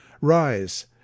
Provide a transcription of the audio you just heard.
Rise